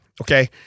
Okay